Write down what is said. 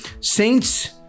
saints